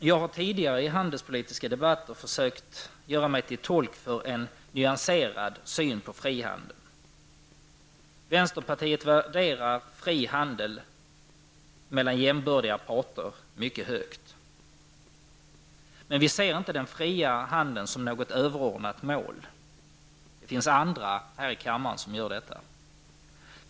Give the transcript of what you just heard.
Jag har i tidigare handelspolitiska debatter försökt göra mig till tolk för en nyanserad syn på frihandel. Vänsterpartiet värderar fri handel mellan jämbördiga parter mycket högt. Men vi ser inte den fria handeln som något överordnat mål. Det finns andra här i kammaren som gör det.